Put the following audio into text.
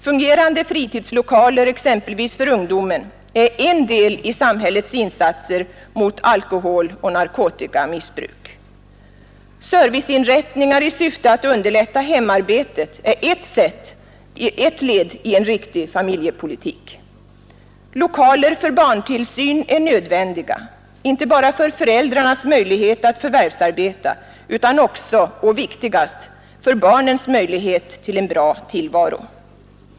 Fungerande fritidslokaler, exempelvis för ungdomen, är en del i samhällets insatser mot alkoholoch narkotikamissbruk. Serviceinrättningar i syfte att underlätta hemarbetet är ett led i en riktig familjepolitik. Lokaler för barntillsyn är nödvändiga, inte bara för föräldrarnas möjligheter att förvärvsarbeta utan också — och viktigast — för barnens möjligheter till en bra tillvaro.